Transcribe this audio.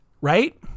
right